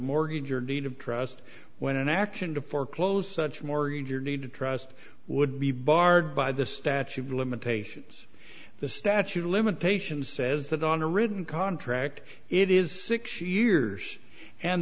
mortgage or deed of trust when an action to foreclose such mortgage or need to trust would be barred by the statute of limitations the statute of limitations says that on a written contract it is six years and